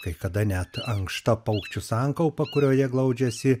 kai kada net ankšta paukščių sankaupa kurioje glaudžiasi